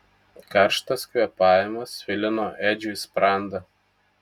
karštas kvėpavimas svilino edžiui sprandą